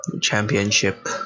Championship